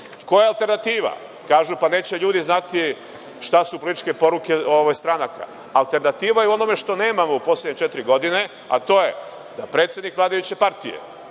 je alternativa? Kažu – pa, neće ljudi znati šta su političke poruke stranaka. Alternativa je u onome što nemamo u poslednje četiri godine, a to je da predsednik vladajuće partije